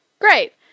great